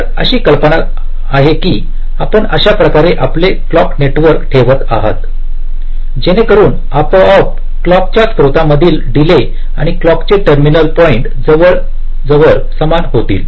तर अशी कल्पना आहे की आपण अशा प्रकारे आपले क्लॉक नेटवर्क ठेवत आहात जेणेकरून आपोआप क्लॉक च्या स्त्रोतांमधील डीले आणि क्लॉक चे टर्मिनल पॉईंट जवळजवळ समान होतील